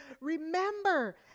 Remember